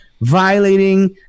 violating